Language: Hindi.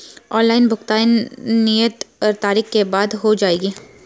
ऑनलाइन भुगतान नियत तारीख के बाद हो जाएगा?